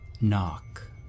knock